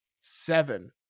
seven